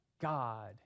God